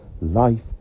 life